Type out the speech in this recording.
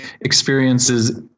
experiences